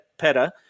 Petta